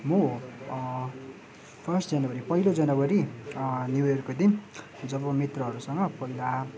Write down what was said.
म first January पहिलो जनवरी न्यु इयरको दिन जब मित्रहरूसँग पहिला